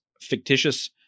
fictitious